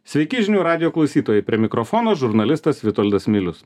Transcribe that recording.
sveiki žinių radijo klausytojai prie mikrofono žurnalistas vitoldas milius